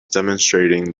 demonstrating